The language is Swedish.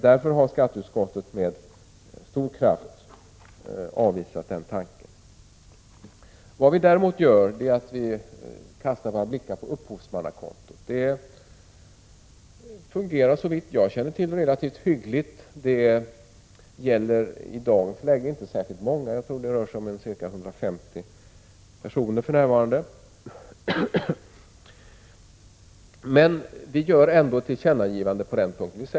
Därför har skatteutskottet med stor kraft avvisat den tanken. Däremot kastar vi våra blickar på upphovsmannakontot. Det fungerar såvitt jag känner till relativt hyggligt. Det gäller i dagens läge inte särskilt många — jag tror att det rör sig om ca 150 personer för närvarande. Men vi gör ändå ett tillkännagivande på den punkten.